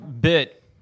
bit